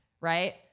right